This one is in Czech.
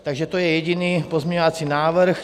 Takže to je jediný pozměňovací návrh.